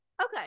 Okay